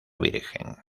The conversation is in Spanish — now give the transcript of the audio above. virgen